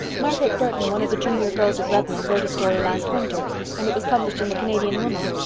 margaret burton, one of the junior girls at redmond, wrote a story last winter and it was published in the canadian woman.